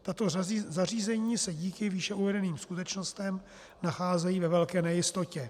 Tato zařízení se díky výše uvedeným skutečnostem nacházejí ve velké nejistotě.